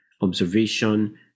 observation